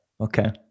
Okay